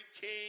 king